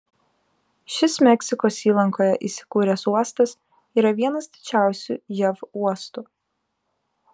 šis meksikos įlankoje įsikūręs uostas yra vienas didžiausių jav uostų